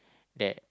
that